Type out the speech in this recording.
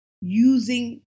using